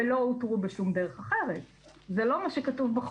למיטב הבנתי --- ואלה שקיבלו את המסרונים,